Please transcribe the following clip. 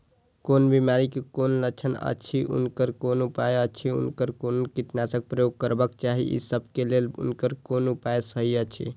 कोन बिमारी के कोन लक्षण अछि उनकर कोन उपाय अछि उनकर कोन कीटनाशक प्रयोग करबाक चाही ई सब के लेल उनकर कोन उपाय सहि अछि?